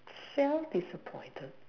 self disappointed